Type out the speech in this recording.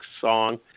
song